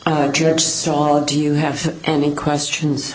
all do you have any questions